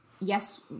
yes